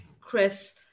chris